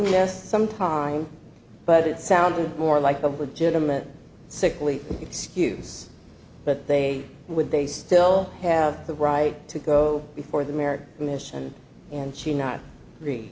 asked some time but it sounded more like a legitimate sickly excuse but they would they still have the right to go before the american commission and she not